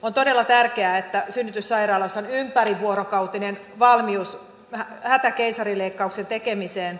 on todella tärkeää että synnytyssairaaloissa on ympärivuorokautinen valmius hätäkeisarileikkauksen tekemiseen